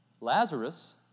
Lazarus